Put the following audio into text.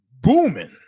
booming